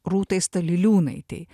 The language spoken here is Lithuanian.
rūtai staliliūnaitei